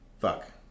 fuck